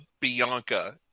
bianca